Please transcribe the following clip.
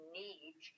need